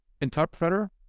interpreter